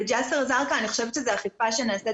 בג'סר א-זרקא אני חושבת שזו אכיפה שנעשית